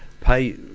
pay